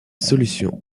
solution